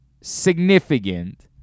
significant